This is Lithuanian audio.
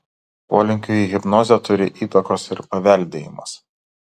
polinkiui į hipnozę turi įtakos ir paveldėjimas